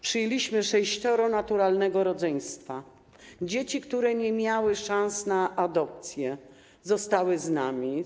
Przyjęliśmy sześcioro naturalnego rodzeństwa - dzieci, które nie miały szans na adopcję, zostały z nami.